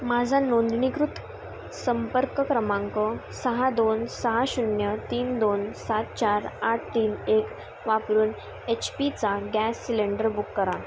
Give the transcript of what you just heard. माझा नोंदणीकृत संपर्क क्रमांक सहा दोन सहा शून्य तीन दोन सात चार आठ तीन एक वापरून एच पीचा गॅस सिलेंडर बुक करा